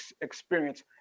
experience